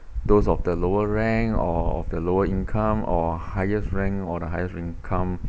those of the lower rank or of the lower income or highest rank or the highest income